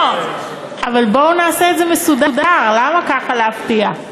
לא, אבל בואו נעשה את זה מסודר, למה ככה להפתיע?